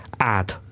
Add